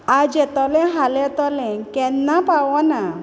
आज येतोलें हाल येतोलें केन्ना पावोना